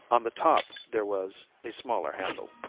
on the top there was a smaller handle.